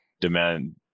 demand